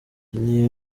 iyi